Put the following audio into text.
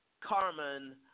Carmen